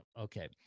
Okay